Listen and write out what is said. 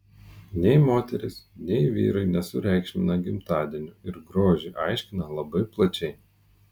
nei moterys nei vyrai nesureikšmina gimtadienių ir grožį aiškina labai plačiai